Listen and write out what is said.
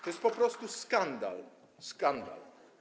To jest po prostu skandal, skandal.